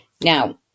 Now